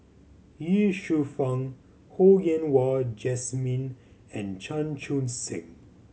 Ye Shufang Ho Yen Wah Jesmine and Chan Chun Sing